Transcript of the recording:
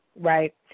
right